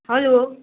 hello